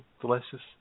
delicious